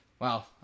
Wow